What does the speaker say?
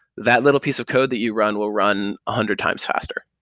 that little piece of code that you run will run a hundred times faster.